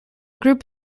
group